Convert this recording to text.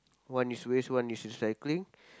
one is waste one is recycling